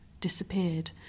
disappeared